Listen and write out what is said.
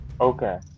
okay